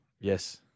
Yes